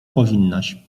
powinnaś